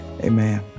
Amen